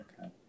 Okay